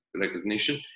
recognition